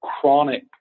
chronic